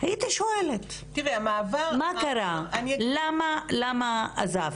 הייתי שואלת 'מה קרה, למה עזבת'